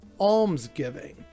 almsgiving